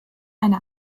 eine